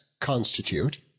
constitute